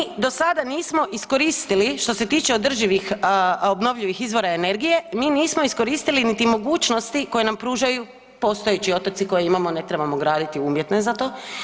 Nadalje, mi do sada nismo iskoristili što se tiče održivih, obnovljivih izvora energije, mi nismo iskoristili niti mogućnosti koje nam pružaju postojeći otoci koje imamo, ne trebamo graditi umjetne za to.